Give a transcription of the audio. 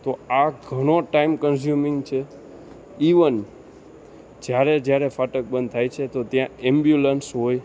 તો આ ઘણો ટાઈમ કન્ઝ્યુમીંગ છે ઈવન જ્યારે જ્યારે ફાટક બંધ થાય છે તો ત્યાં એમ્બ્યુલન્સ હોય